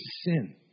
sin